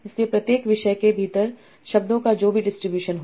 इसलिए प्रत्येक विषय के भीतर शब्दों का जो भी डिस्ट्रीब्यूशन हो